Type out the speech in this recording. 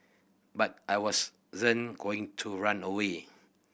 but I was going to run away